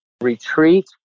retreat